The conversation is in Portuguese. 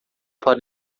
para